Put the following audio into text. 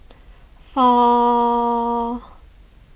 four